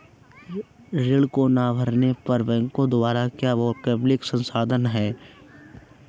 ऋण को ना भरने पर बैंकों द्वारा क्या वैकल्पिक समाधान हैं?